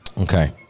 Okay